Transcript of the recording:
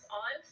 on